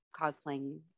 cosplaying